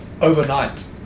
Overnight